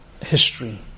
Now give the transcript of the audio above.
history